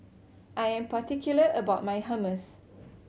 I am particular about my Hummus